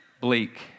bleak